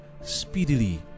speedily